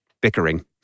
bickering